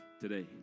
today